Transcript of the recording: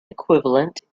equivalent